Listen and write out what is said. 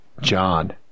John